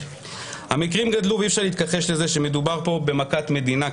המקרים גדלו ואי אפשר להתכחש לזה שמדובר פה במכת מדינה,